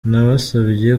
nabasabye